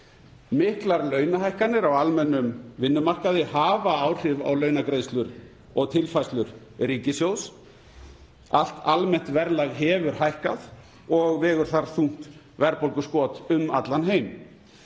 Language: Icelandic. Miklar launahækkanir á almennum vinnumarkaði hafa áhrif á launagreiðslur og tilfærslur ríkissjóðs. Allt almennt verðlag hefur hækkað og vegur þar þungt verðbólguskot um allan heim.